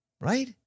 Right